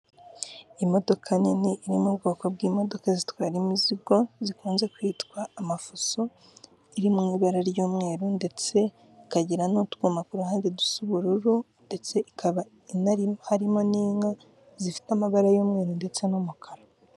Imodoka nini iri mu ubwoko bw'imodoka zitwara imizigo zikunze kwitwa amafuso, iri mui ibara ry'umweru ndetse ikagira n'utwuma ku ruhande dusa ubururu, ndetse ikaba harimo n'inka zifite amabara y'umweru ndetse n'umukara.